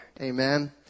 Amen